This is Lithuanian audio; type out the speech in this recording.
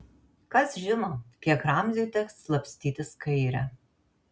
kas žino kiek ramziui teks slapstytis kaire